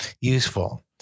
useful